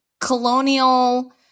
colonial